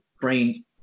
brain